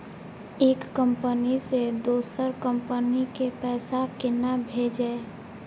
एक कंपनी से दोसर कंपनी के पैसा केना भेजये?